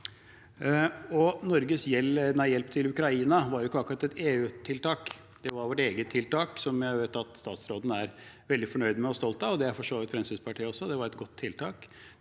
Norges hjelp til Ukraina var ikke akkurat et EU-tiltak. Det var vårt eget tiltak, som jeg vet at utenriksministeren er veldig fornøyd med og stolt av, og det er for så vidt Fremskrittspartiet også. Det var et godt tiltak,